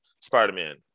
Spider-Man